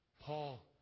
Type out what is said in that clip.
Paul